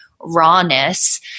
rawness